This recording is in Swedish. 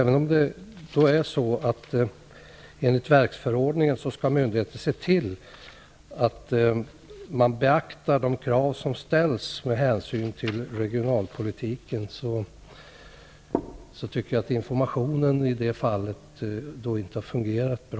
Även om myndigheter enligt verksförordningen skall se till att beakta de krav som ställs med hänsyn till regionalpolitiken, tycker jag att informationen i det här fallet inte har fungerat bra.